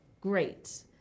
great